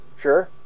Sure